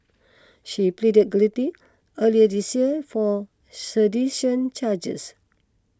she pleaded guilty earlier this year four sedition charges